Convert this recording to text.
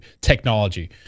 technology